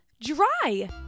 dry